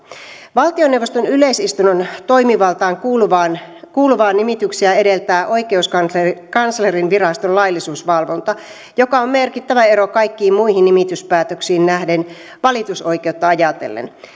valtioneuvoston yleisistunnon toimivaltaan kuuluvia nimityksiä edeltää oikeuskanslerinviraston laillisuusvalvonta mikä on merkittävä ero kaikkiin muihin nimityspäätöksiin nähden valitusoikeutta ajatellen